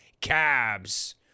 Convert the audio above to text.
cabs